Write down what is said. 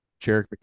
Jarek